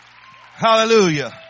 Hallelujah